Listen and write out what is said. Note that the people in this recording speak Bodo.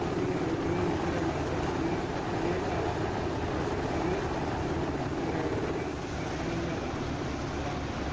जों बोराय मानसिया थांनाय जाला खायसे थाङो बोरायबाबो जोंथ' थांनायानो जाला थांनो हाला